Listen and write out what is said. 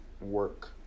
work